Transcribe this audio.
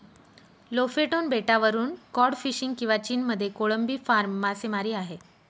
Lofoten बेटावरून cod fishing किंवा चीनमध्ये कोळंबी फार्म मासेमारी आहे